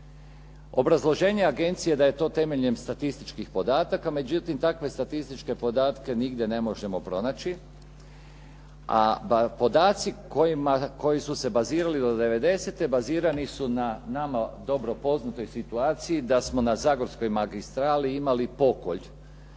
Obrazloženje je agencije da je to temeljem statističkih podataka. Međutim, takve statističke podatke nigdje ne možemo pronaći a podaci koji su se bazirali do 90. bazirani su na nama dobro poznatoj situaciji da smo na Zagorskoj magistrali imali pokolj